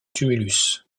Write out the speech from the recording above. tumulus